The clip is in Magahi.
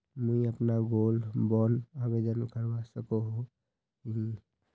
मुई अपना गोल्ड बॉन्ड आवेदन करवा सकोहो ही?